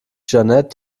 jeanette